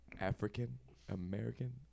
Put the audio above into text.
African-American